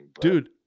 dude